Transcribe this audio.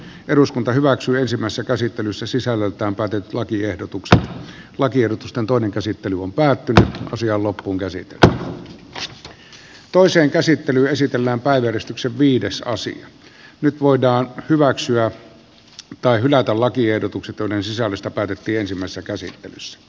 eduskunta hyväksyy ensimmäistä käsittelyssä sisällöltään patenttilakiehdotuksen lakiehdotusten toinen käsittely on päätöntä asiaa loppuunkäsiteltynä ja toisen käsittely esitellään vain eristyksen viides kausi nyt voidaan hyväksyä tai hylätä lakiehdotukset joiden sisällöstä päätettiin ensimmäisessä käsittelyssä